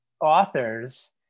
authors